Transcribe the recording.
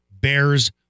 Bears